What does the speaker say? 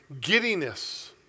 giddiness